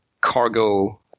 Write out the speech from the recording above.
cargo